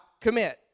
commit